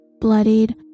bloodied